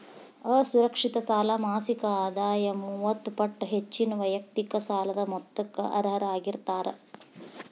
ಅಸುರಕ್ಷಿತ ಸಾಲ ಮಾಸಿಕ ಆದಾಯದ ಮೂವತ್ತ ಪಟ್ಟ ಹೆಚ್ಚಿನ ವೈಯಕ್ತಿಕ ಸಾಲದ ಮೊತ್ತಕ್ಕ ಅರ್ಹರಾಗಿರ್ತಾರ